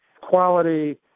Quality